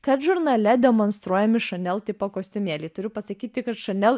kad žurnale demonstruojami chanel tipo kostiumėliai turiu pasakyti kad chanel